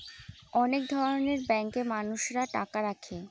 অনেক ধরনের ব্যাঙ্কে মানুষরা টাকা রাখে